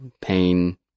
pain